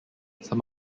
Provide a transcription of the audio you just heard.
some